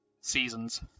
seasons